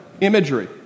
imagery